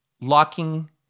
locking